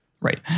right